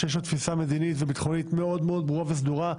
שיש לו תפיסה מדינית וביטחונית מאוד מאוד ברורה וסדורה,